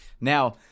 Now